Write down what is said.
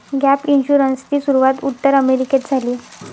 gap इन्शुरन्सची सुरूवात उत्तर अमेरिकेत झाली